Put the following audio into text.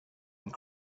and